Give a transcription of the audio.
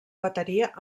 bateria